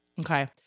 Okay